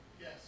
Yes